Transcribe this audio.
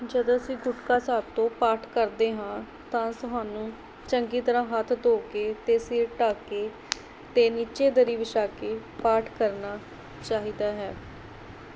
ਜਦੋਂ ਅਸੀਂ ਗੁਟਕਾ ਸਾਹਿਬ ਤੋਂ ਪਾਠ ਕਰਦੇ ਹਾਂ ਤਾਂ ਸਾਨੂੰ ਚੰਗੀ ਤਰ੍ਹਾਂ ਹੱਥ ਧੋ ਕੇ ਅਤੇ ਸਿਰ ਢੱਕ ਕੇ ਅਤੇ ਨੀਚੇ ਦਰੀ ਵਿਛਾ ਕੇ ਪਾਠ ਕਰਨਾ ਚਾਹੀਦਾ ਹੈ